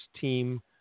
team